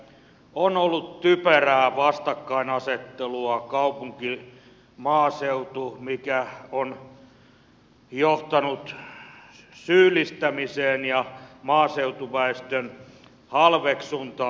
on ollut typerää vastakkainasettelua kaupunkimaaseutu mikä on johtanut syyllistämiseen ja maaseutuväestön halveksuntaan